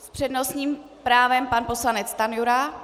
S přednostním právem pan poslanec Stanjura.